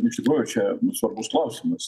iš tikrųjų čia svarbus klausimas